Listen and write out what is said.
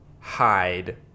Hide